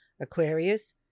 Aquarius